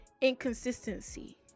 inconsistency